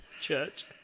church